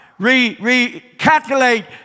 Recalculate